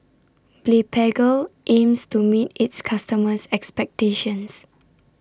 Blephagel aims to meet its customers' expectations